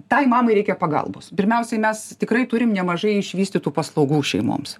tai mamai reikia pagalbos pirmiausiai mes tikrai turim nemažai išvystytų paslaugų šeimoms